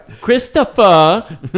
Christopher